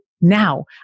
now